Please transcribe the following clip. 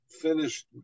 finished